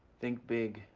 think big,